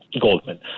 Goldman